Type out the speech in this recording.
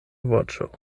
voĉo